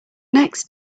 next